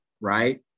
right